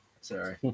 sorry